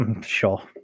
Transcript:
sure